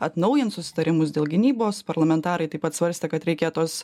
atnaujint susitarimus dėl gynybos parlamentarai taip pat svarstė kad reikia tos